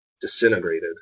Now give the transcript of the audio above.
disintegrated